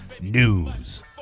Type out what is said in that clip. news